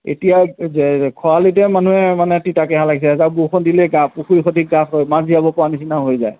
এতিয়া খৰালীতেই মানুহে মানে তিতা কেহা লাগিছে এজাক বৰষুণ দিলেই গা পুখুৰী সদৃশ গাত হয় মাছ জিয়াব পৰা নিচিনা হৈ যায়